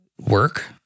work